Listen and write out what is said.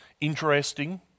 interesting